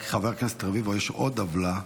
חבר הכנסת רביבו, יש עוד עוולה: